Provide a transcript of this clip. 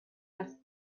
است